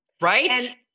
right